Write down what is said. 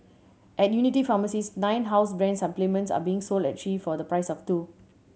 at Unity pharmacies nine house brand supplements are being sold at three for the price of two